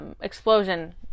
Explosion